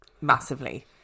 massively